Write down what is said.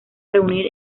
reunir